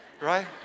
right